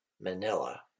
Manila